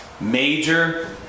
major